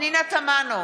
פנינה תמנו,